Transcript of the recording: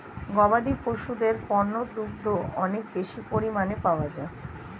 গবাদি পশুদের পণ্য দুগ্ধ অনেক বেশি পরিমাণ পাওয়া যায়